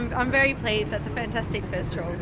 i'm very pleased, that's a fantastic first